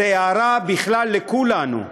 זאת הערה בכלל לכולנו.